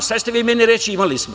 Sada ćete vi meni reći – imali smo.